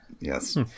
Yes